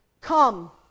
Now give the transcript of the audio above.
Come